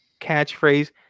catchphrase